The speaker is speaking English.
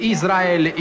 Israel